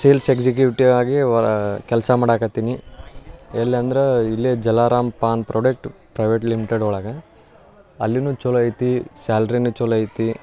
sales executive ಆಗಿ ಒರಾ ಕೆಲಸ ಮಾಡಕ್ಕತ್ತೀನಿ ಎಲ್ಲಿ ಅಂದ್ರೆ ಇಲ್ಲೇ Jalaram Pan product private limited ಒಳಗೆ ಅಲ್ಲಿನೂ ಚೊಲೋ ಐತಿ ಸ್ಯಾಲ್ರಿನೂ ಚೊಲೋ ಐತಿ